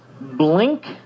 blink